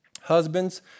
husbands